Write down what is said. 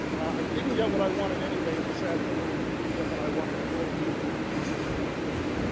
i didn't get what i wanted anyway. and the sad thing is when i didn't get when i wanted the world didn't come to an end and nobody cared.